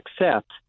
accept